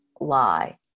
lie